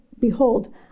behold